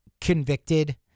convicted